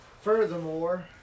Furthermore